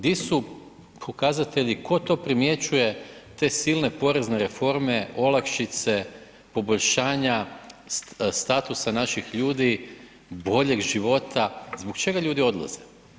Di su pokazatelji, tko to primjećuje te silne porezne reforme, olakšice, poboljšanja statusa naših ljudi, boljeg života, zbog čega ljudi odlaze?